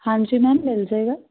ਹਾਂਜੀ ਮੈਮ ਮਿਲ ਜਾਏਗਾ